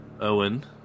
Owen